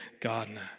gardener